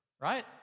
right